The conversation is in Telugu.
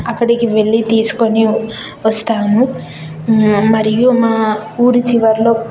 అక్కడికి వెళ్ళీ తీస్కొని వస్తాము మరియు మా ఊరి చివరిలో